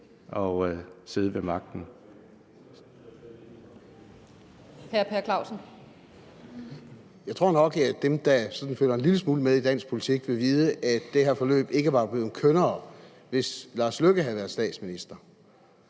til sidder ved magten.